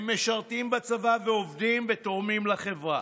הם משרתים בצבא ועובדים ותורמים לחברה.